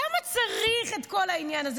למה צריך את כל העניין הזה?